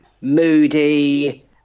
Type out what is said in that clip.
moody